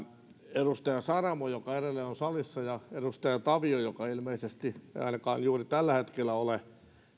edustaja saramo joka edelleen on salissa ja edustaja tavio joka ilmeisesti ei ainakaan juuri tällä hetkellä ole